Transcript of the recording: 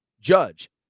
judge